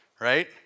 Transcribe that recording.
right